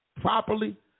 properly